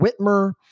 Whitmer